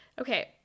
okay